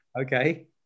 Okay